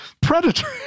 predator